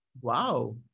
Wow